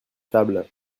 table